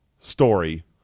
story